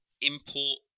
import